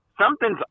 something's